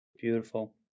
Beautiful